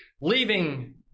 leaving